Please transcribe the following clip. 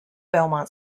belmont